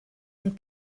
und